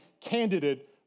candidate